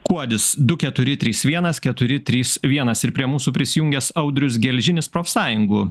kuodis du keturi trys vienas keturi trys vienas ir prie mūsų prisijungęs audrius gelžinis profsąjungų